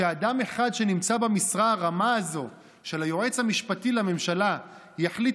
שאדם אחד שנמצא במשרה הרמה הזו של היועץ המשפטי לממשלה יחליט